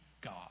God